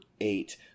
eight